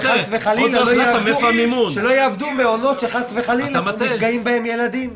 שלא יעבדו מעונות שחס חלילה נפגעים בהם ילדים.